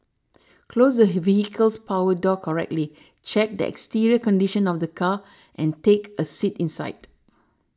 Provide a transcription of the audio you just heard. close the vehicle's power door correctly check the exterior condition of the car and take a seat inside